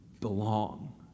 belong